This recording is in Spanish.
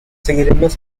seguiremos